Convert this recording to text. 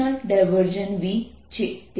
B છે